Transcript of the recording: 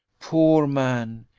poor man!